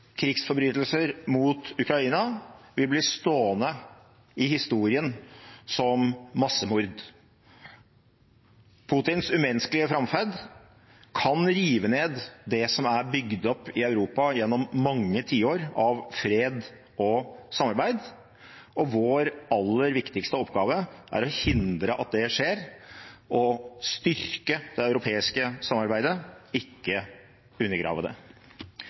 krigsforbrytelser mot Ukraina vil bli stående i historien som massemord. Putins umenneskelige framferd kan rive ned det som er bygd opp i Europa gjennom mange tiår av fred og samarbeid, og vår aller viktigste oppgave er å hindre at det skjer og styrke det europeiske samarbeidet – ikke undergrave det.